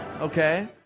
Okay